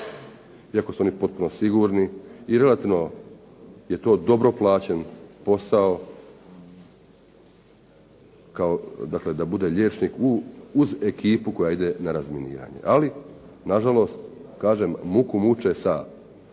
iako su oni potpuno sigurni i relativno je to dobro plaćen posao da bude liječnik uz ekipu koja ide na razminiranje. Ali nažalost kažem muku muče da